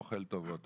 מוחל טובות,